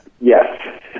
yes